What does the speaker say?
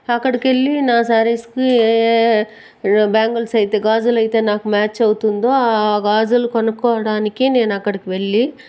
అక్కడికెళ్ళి నా సారీస్ కి బ్యాంగిల్స్ అయితే గాజులు అయితే నాకు మ్యాచ్ అవుతుందో ఆ గాజులు కొనుక్కోవడానికి నేను అక్కడికి వెళ్ళి